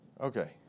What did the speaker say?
Okay